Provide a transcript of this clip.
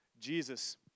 Jesus